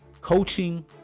coaching